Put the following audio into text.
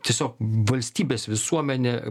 tiesiog valstybės visuomenę